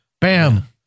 Bam